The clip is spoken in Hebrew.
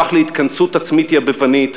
הפך להתכנסות עצמית יבבנית,